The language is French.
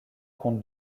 comte